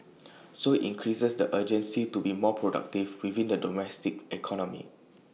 so IT increases the urgency to be more productive within the domestic economy